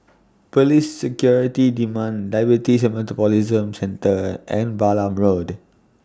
Police Security demand Diabetes and Metabolism Centre and Balam Road